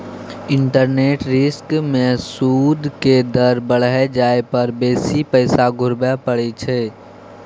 interest rate risk में सूइद के दर बइढ़ जाइ पर बेशी पैसा घुरबइ पड़इ छइ